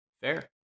fair